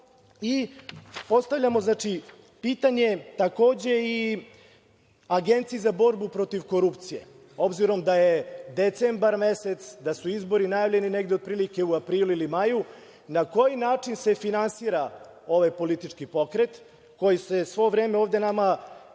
materijal. Postavljamo pitanje takođe i Agenciji za borbu protiv korupcije. Obzirom da je decembar mesec, da su izbori najavljeni negde, otprilike u aprilu ili maju, na koji način se finansira ovaj politički pokret, koji se sve vreme ovde nama reklamira